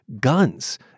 Guns